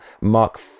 Mark